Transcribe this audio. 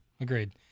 Agreed